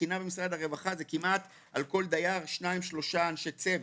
התקינה ממשרד הרווחה זה על כל דייר שניים-שלושה אנשים צוות.